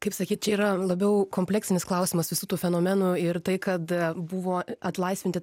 kaip sakyt čia yra labiau kompleksinis klausimas visų tų fenomenų ir tai kad buvo atlaisvinti